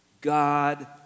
God